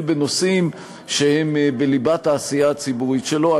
בנושאים שהם בליבת העשייה הציבורית שלו.